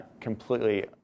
completely